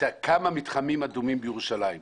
כמה מתחמים אדומים בירושלים.